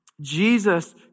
Jesus